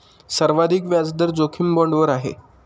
सर्वाधिक व्याजदर जोखीम बाँडवर आहे